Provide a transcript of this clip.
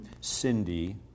Cindy